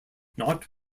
not